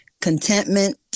contentment